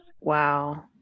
wow